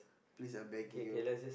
please I'm begging you